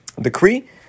decree